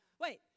Wait